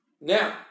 Now